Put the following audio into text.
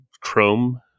chrome